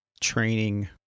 training